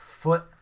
Foot